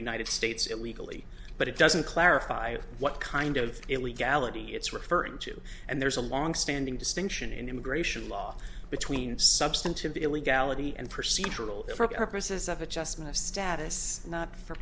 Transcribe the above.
united states illegally but it doesn't clarify what kind of illegality it's referring to and there's a longstanding distinction in immigration law between substantive illegality and procedural for purposes of adjustment of status not for